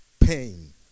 Pain